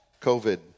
covid